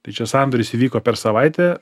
tai čia sandoris įvyko per savaitę